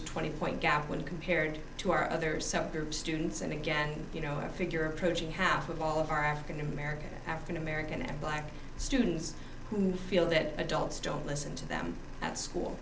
to twenty point gap when compared to our other subgroup students and again you know figure approaching half of all of our african american african american and black students who feel that adults don't listen to them at school